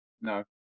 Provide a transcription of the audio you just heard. no